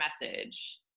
message